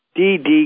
DD